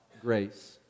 grace